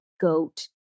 goat